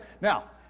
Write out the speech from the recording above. Now